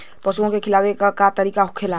पशुओं के खिलावे के का तरीका होखेला?